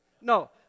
No